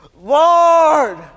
Lord